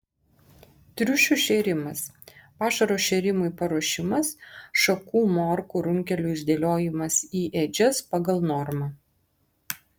triušių šėrimas pašaro šėrimui paruošimas šakų morkų runkelių išdėliojimas į ėdžias pagal normą